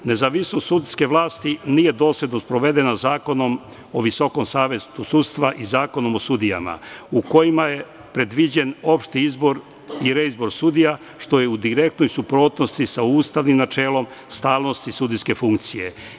Nezavisnost sudske vlasti nije dosledno sprovedena Zakonom o Visokom savetu sudstva i Zakonom o sudijama, u kojima je predviđen opšti izbor i reizbor sudija, što je u direktnoj suprotnosti sa ustavnim načelom stalnosti sudijske funkcije.